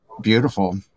beautiful